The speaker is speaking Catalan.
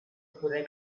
poder